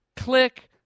Click